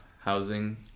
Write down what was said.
housing